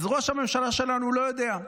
אז ראש הממשלה שלנו לא יודע.